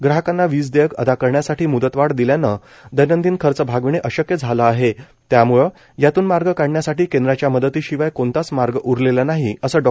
ग्राहकांना वीज दक्षक अदा करण्यासाठी म्दतवाढ दिल्यानं दैनंदिन खर्च भागविण अशक्य झाल आह त्यामूळ यातून मार्ग काढण्यासाठी केंद्राच्या मदतीशिवाय कोणताच मार्ग उरलक्षा नाही असं डॉ